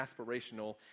aspirational